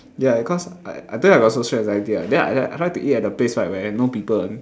ya because I I told you I got social anxiety [what] then I then I like to eat at the place right where have no people [one]